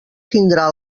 tindrà